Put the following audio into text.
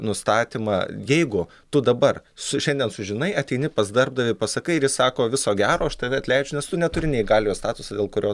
nustatymą jeigu tu dabar su šiandien sužinai ateini pas darbdavį pasakai ir jis sako viso gero aš tave atleidžiu nes tu neturi neįgaliojo statuso dėl kurio